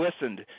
listened